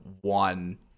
one